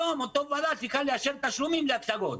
היום אותה ועדה צריכה לאשר תשלומים להצגות.